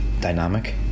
dynamic